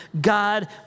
God